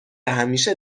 همیشه